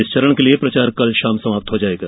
इस चरण के लिए प्रचार कल शाम समाप्त हो जाएगा